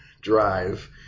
drive